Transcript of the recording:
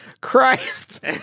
Christ